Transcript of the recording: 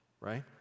right